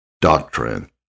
Doctrine